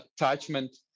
attachment